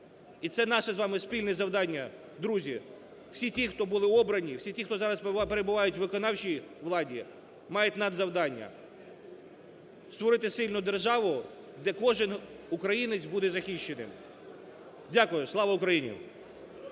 І це наше з вами спільне завдання, друзі. Всі ті, хто були обрані, всі ті, хто зараз перебувають у виконавчій владі, мають надзавдання: створити сильну державу, де кожен українець буде захищеним. Дякую. Слава Україні.